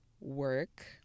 work